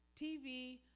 TV